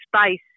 space